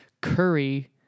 curry